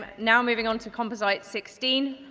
but now moving on to composite sixteen,